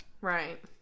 right